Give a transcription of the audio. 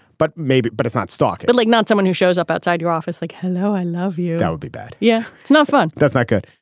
but maybe. but it's not stock but like not someone who shows up outside your office like, hello, i love you. that would be bad. yeah. it's not fun. that's not good.